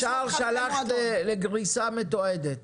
והשאר שלחת לגריסה מתועדת?